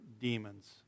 demons